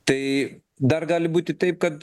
tai dar gali būti taip kad